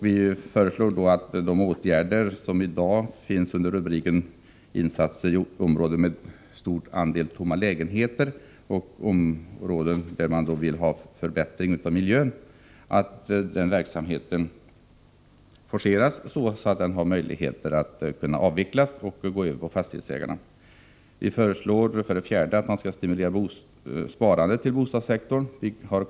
Vi föreslår att den verksamhet som i dag finns under rubriken Insatser i områden med stor andel tomma lägenheter och områden där man vill ha förbättringar av miljön forceras, för att därefter avvecklas och gå över på fastighetsägarna och kommunerna. 4. Vi föreslår att man skall stimulera sparandet i bostadssektorn.